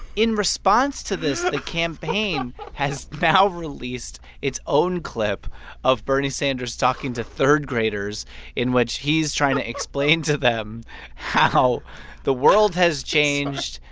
in response to this, the campaign has now released its own clip of bernie sanders talking to third-graders in which he's trying to explain to them how the world has changed.